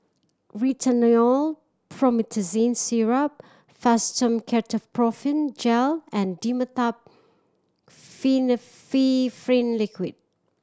Rhinathiol Promethazine Syrup Fastum Ketoprofen Gel and Dimetapp Liquid